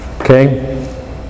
Okay